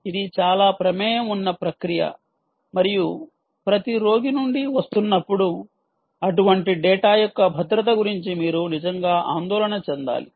ఇది చాలా ప్రమేయం ఉన్న ప్రక్రియ మరియు ప్రతి రోగి నుండి వస్తున్నప్పుడు అటువంటి డేటా యొక్క భద్రత గురించి మీరు నిజంగా ఆందోళన చెందాలి